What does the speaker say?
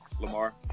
Lamar